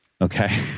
okay